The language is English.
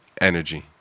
Energy